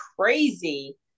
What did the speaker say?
crazy